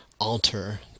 alter